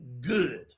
good